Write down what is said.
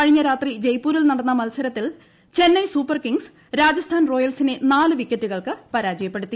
കഴിഞ്ഞ രാത്രി ജയ്പൂരിൽ നടന്ന മത്സരത്തിൽ ചെന്നൈ സൂപ്പർ കിങ്സ് രാജസ്ഥാൻ റോയൽസിനെ നാല് വിക്കറ്റുകൾക്ക് പരാജയപ്പെടുത്തി